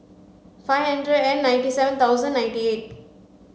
five hundred and ninety seven thousand ninety eight